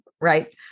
Right